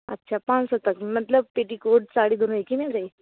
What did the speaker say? अच्छा पाँच सौ तक में मतलब पेटीकोट साड़ी दोनों एक ही में दें